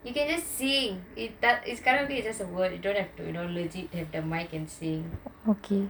you can just sing karaoke is just a word you don't need to legit have the mic and sing